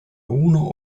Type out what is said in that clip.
uno